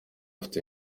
afite